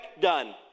done